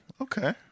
Okay